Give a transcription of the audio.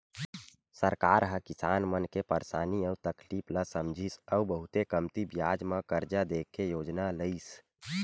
सरकार ह किसान मन के परसानी अउ तकलीफ ल समझिस अउ बहुते कमती बियाज म करजा दे के योजना लइस